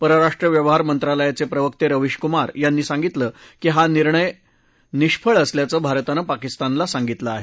परराष्ट्र व्यवहार मंत्रालयाचे प्रवक्ते रवीश कुमार यांनी सांगितलं की हा निर्णय निष्फळ असल्याचं भारतानं पाकिस्तानला सांगितलं आहे